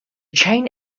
chain